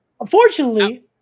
Unfortunately